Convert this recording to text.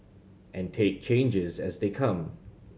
and take changes as they come